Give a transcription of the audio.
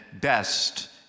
best